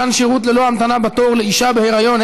מתן שירות ללא המתנה בתור לאישה בהיריון),